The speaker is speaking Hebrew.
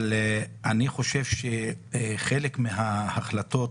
אבל אני חושב שחלק מההחלטות